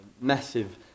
massive